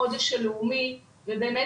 החודש הלאומי ובאמת,